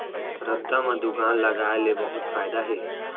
रद्दा म दुकान लगाय ले बहुत फायदा हे